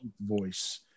voice